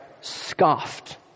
scoffed